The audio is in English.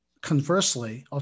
conversely